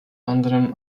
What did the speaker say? anderem